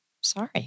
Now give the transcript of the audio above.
sorry